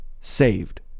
saved